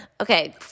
Okay